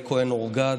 לחיים בכבוד,